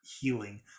Healing